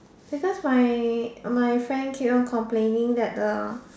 because my my friend keep on complaining that the